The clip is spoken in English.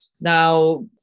now